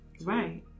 Right